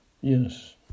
Yes